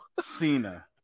Cena